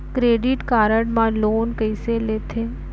Credit card मा loan कइसे लेथे?